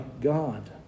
God